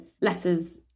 letters